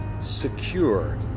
secure